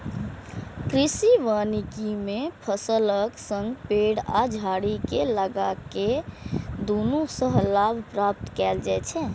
कृषि वानिकी मे फसलक संग पेड़ आ झाड़ी कें लगाके दुनू सं लाभ प्राप्त कैल जाइ छै